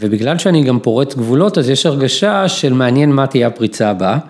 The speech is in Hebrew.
ובגלל שאני גם פורץ גבולות אז יש הרגשה של מעניין מה תהיה הפריצה הבאה.